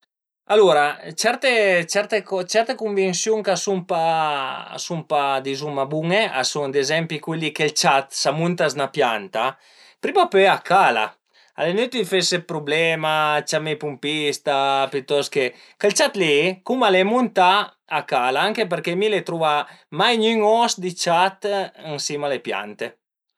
Alura certe certe cunvinsiun ch'a sun pa a sun pa dizuma bun-e a sun ad ezempi cul li che ël ciat s'a munta s'na pianta prima o pöi a cala, al e inütil fese dë prublema, ciamé i pumpista pitost che, ch'ël ciat li cum al e muntà a cala anche përché mi l'ai truvà mai gnün os di ciat ën sima a le piante